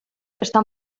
estan